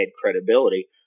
credibility—